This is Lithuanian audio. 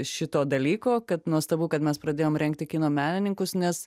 šito dalyko kad nuostabu kad mes pradėjom rengti kino menininkus nes